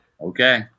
Okay